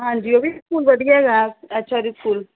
ਹਾਂਜੀ ਉਹ ਵੀ ਸਕੂਲ ਵਧੀਆ ਹੈਗਾ ਐੱਚ ਆਰ ਏ ਸਕੂਲ